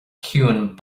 ciúin